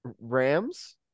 Rams